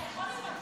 אתה יכול להירגע?